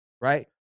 right